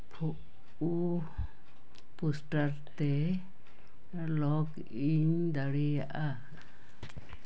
poster ᱛᱮ ᱞᱚᱜᱽ ᱤᱧ ᱫᱟᱲᱮᱭᱟᱜᱼᱟ